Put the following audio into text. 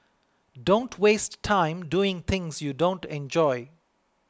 don't waste time doing things you don't enjoy